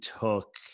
took